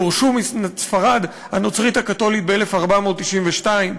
גורשו מספרד הנוצרית הקתולית ב-1492,